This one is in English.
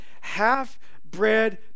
half-bred